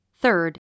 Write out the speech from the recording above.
Third